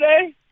today